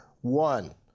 one